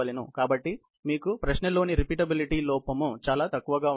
కాబట్టి మీకు ప్రశ్నలోని రిపీటబిలిటీ లోపం చాలా తక్కువగా ఉంటుంది